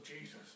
Jesus